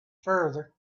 further